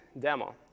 demo